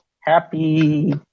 Happy